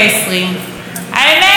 אני אספר לכם: לא הרבה.